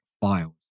files